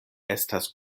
estas